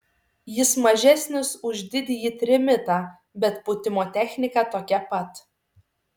jis mažesnis už didįjį trimitą bet pūtimo technika tokia pat